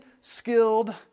skilled